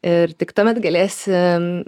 ir tik tuomet galėsi